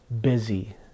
busy